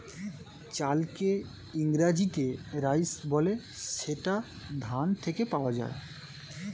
চালকে ইংরেজিতে রাইস বলে যেটা ধান থেকে পাওয়া যায়